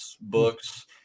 books